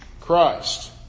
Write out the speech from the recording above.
Christ